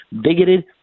bigoted